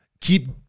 keep